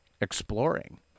exploring